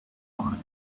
mine